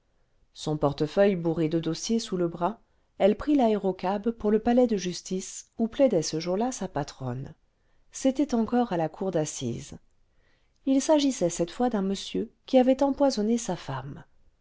son portefeuille bourré de dossiers sous le bras elle prit l'aérocab un criminel censiblt pour le palais de justice où plaidait ce jour-là sa patronne c'était encore à la cour d'assises h s'agissait cette fois d'un monsieur qui avait empoisonné sa femme